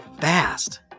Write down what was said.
fast